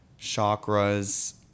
chakras